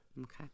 Okay